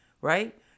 right